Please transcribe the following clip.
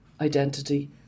identity